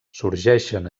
sorgeixen